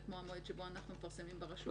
זה כמו המועד שבו אנחנו מפרסמים ברשומות.